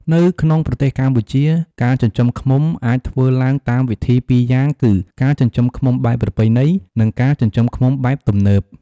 នៅក្នុងប្រទេសកម្ពុជា ការចិញ្ចឹមឃ្មុំអាចធ្វើឡើងតាមវិធីពីរយ៉ាងគឺ ការចិញ្ចឹមឃ្មុំបែបប្រពៃណី និងការចិញ្ចឹមឃ្មុំបែបទំនើប។